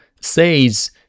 says